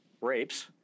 rapes